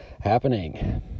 happening